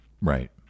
right